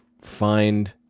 find